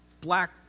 black